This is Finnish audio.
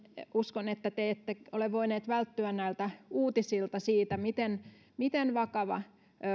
uskon että te ette ole voineet välttyä näiltä uutisilta siitä miten miten vakava